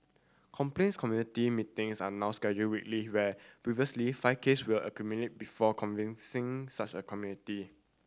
complaints committee meetings are now scheduled weekly where previously five case were accumulated before convincing such a committee